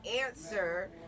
answer